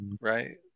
right